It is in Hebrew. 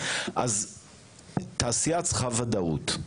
תעשייה צריכה ודאות.